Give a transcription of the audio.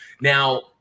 Now